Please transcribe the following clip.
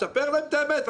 תספר להם את האמת.